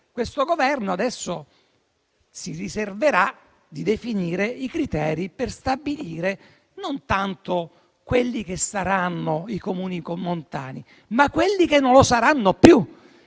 Questo Governo adesso si riserverà di definire i criteri per stabilire non tanto quelli che saranno "Comuni montani", ma quelli che non lo saranno più.